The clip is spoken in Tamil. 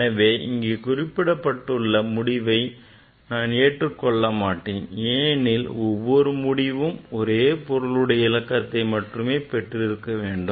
எனவே இங்கே குறிப்பிடப்பட்டுள்ள முடிவை நான் ஏற்றுக்கொள்ள மாட்டேன் ஏனெனில் முடிவும் ஒரே ஒரு பொருளுடைய இலக்கத்தை மட்டும் பெற்றிருக்கவேண்டும்